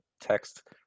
text